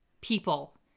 people